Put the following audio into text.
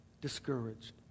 discouraged